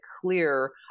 clear